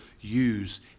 use